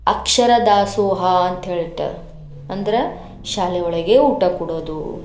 ಅಕ್ಷರ ದಾಸೋಹ ಅಂತ ಹೇಳಿ ಇಟ್ಯಾರ ಅಂದ್ರೆ ಶಾಲೆ ಒಳಗೆ ಊಟ ಕೊಡೋದು